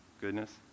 Goodness